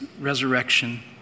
resurrection